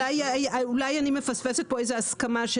אולי אני מפספסת כאן איזו הסכמה.